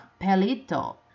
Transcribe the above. Pelito